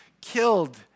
killed